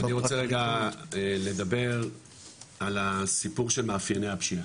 אני רוצה רגע לדבר על הסיפור של מאפייני הפשיעה,